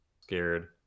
scared